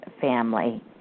family